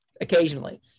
occasionally